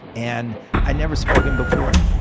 and i'd never spoken before,